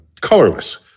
colorless